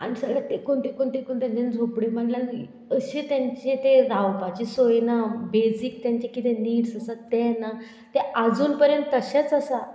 आनी सगळें तेकून तिकून तिकून तेंच्यान झोपडे मारल्यान अशें तेंचे ते रावपाची सोय ना बेजीक तेंचे कितें नीड्स आसा ते ना ते आजून पर्यंत तशेंच आसा